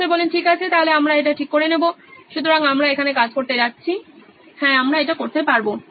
professor ঠিক আছে তাহলে আমরা এটা ঠিক করে নেব সুতরাং আমরা এখানে কাজ করতে যাচ্ছি হ্যাঁ আমরা এটা করতে পারবো